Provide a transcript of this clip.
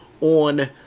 on